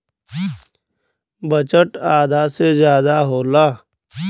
budget आधा से जादा होला